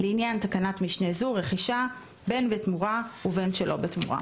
לעניין תקנת משנה זו "רכישה" בין בתמורה ובין שלא בתמורה